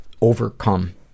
overcome